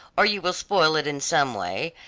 or you will spoil it in some way,